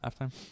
Halftime